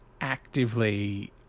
actively